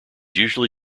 usually